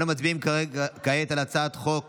אנחנו מצביעים כעת על הצעת חוק